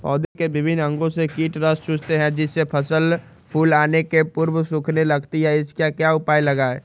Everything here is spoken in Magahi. पौधे के विभिन्न अंगों से कीट रस चूसते हैं जिससे फसल फूल आने के पूर्व सूखने लगती है इसका क्या उपाय लगाएं?